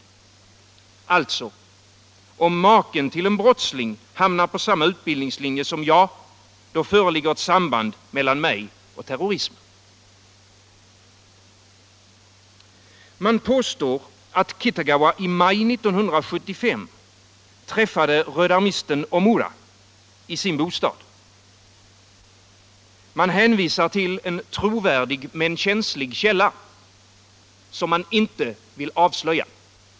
Alltså: Om maken till en brottsling hamnar på samma utbildningslinje som jag, då föreligger ett samband mellan mig och terrorism. Man påstår att Kitagawa i maj 1975 träffade rödarmisten Omura i sin bostad. Man hänvisar till en trovärdig men känslig källa, som man inte vill avslöja.